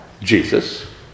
Jesus